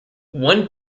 one